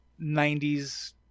90s